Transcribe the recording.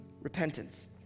repentance